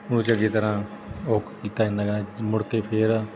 ਉਹ ਚੰਗੀ ਤਰ੍ਹਾਂ ਉਹ ਕੀਤਾ ਜਾਂਦਾ ਹੈਗਾ ਮੁੜ ਕੇ ਫਿਰ